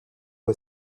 who